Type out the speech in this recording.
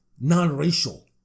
non-racial